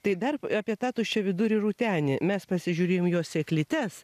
tai dar apie tą tuščiavidurį rūtenį mes pasižiūrėjom į jo sėklytes